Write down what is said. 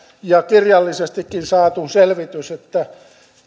ja kirjallisestikin saaneet selvityksen että